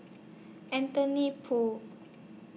Anthony Poon